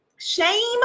shame